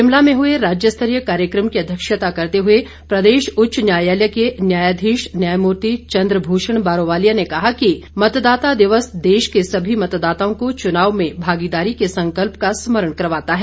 शिमला में हुए राज्य स्तरीय कार्यक्रम की अध्यक्षता करते हुए प्रदेश उच्च न्यायालय के न्यायाधीश न्यायमूर्ति चंद्र भूषण बारोवालिया ने कहा कि मतदाता दिवस देश के सभी मतदाताओं को चुनाव में भागीदारी के संकल्प का स्मरण करवाता है